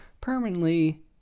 permanently